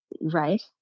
right